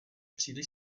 příliš